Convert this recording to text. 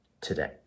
today